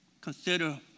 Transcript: consider